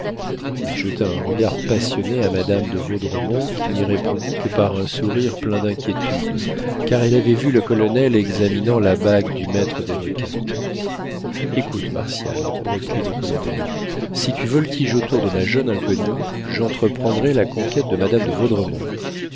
il jeta un regard passionné à madame de vaudremont qui n'y répondit que par un sourire plein d'inquiétude car elle avait vu le colonel examinant la bague du maître des requêtes écoute martial reprit le colonel si tu voltiges autour de ma jeune inconnue j'entreprendrai la conquête de madame de